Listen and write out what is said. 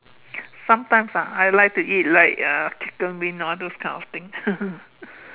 sometimes ah I like to eat right like uh chicken wings all those kind of things